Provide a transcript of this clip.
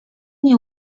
nie